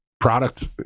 product